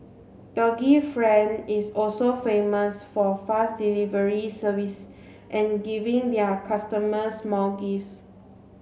doggy friend is also famous for fast delivery service and giving their customers small gifts